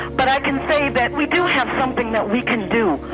but i can say that we do have something that we can do.